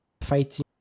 fighting